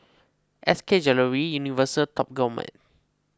S K Jewellery Universal Top Gourmet